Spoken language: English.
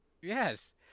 Yes